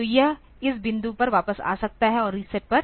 तो यह इस बिंदु पर वापस आ सकता है और रीसेट पर